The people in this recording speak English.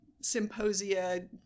symposia